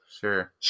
Sure